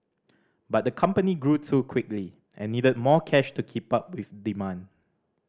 but the company grew too quickly and needed more cash to keep up with demand